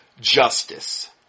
Justice